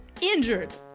Injured